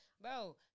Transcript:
bro